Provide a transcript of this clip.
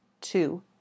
Two